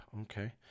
Okay